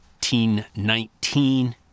1919